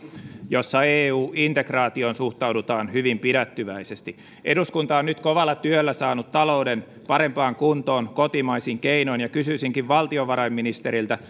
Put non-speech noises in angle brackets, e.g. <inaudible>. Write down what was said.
jossa eu integraatioon suhtaudutaan hyvin pidättyväisesti eduskunta on nyt kovalla työllä saanut talouden parempaan kuntoon kotimaisin keinoin ja kysyisinkin valtiovarainministeriltä <unintelligible>